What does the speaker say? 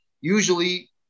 usually